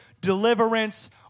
deliverance